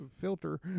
filter